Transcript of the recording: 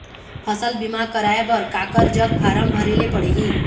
फसल बीमा कराए बर काकर जग फारम भरेले पड़ही?